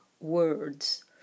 words